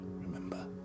remember